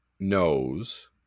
knows